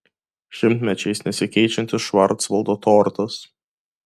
šimtmečiais nesikeičiantis švarcvaldo tortas